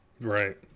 right